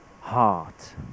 heart